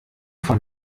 von